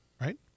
right